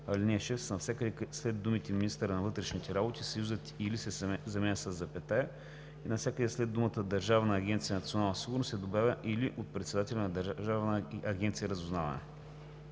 ал. 6 навсякъде след думите „министъра на вътрешните работи“ съюзът „или“ се заменя със запетая и навсякъде след думите „Държавна агенция „Национална сигурност“ се добавя „или от председателя на Държавна агенция „Разузнаване“.“